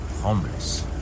homeless